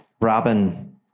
Robin